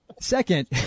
Second